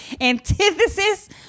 antithesis